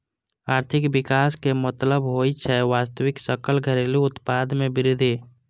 आर्थिक विकासक मतलब होइ छै वास्तविक सकल घरेलू उत्पाद मे वृद्धि